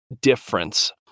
difference